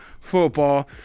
football